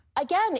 Again